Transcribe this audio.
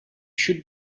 should